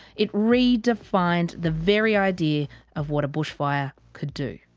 it re-defined the very idea of what a bushfire could do.